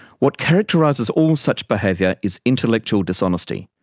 what characterises all such behavior is intellectual dishonesty.